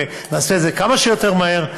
ונעשה את זה כמה שיותר מהר,